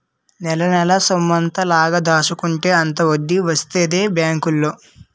నెలనెలా సొమ్మెంత లాగ దాచుకుంటే అంత వడ్డీ వస్తదే బేంకులో